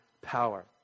power